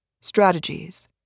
Strategies